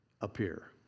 appear